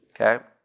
okay